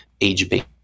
age-based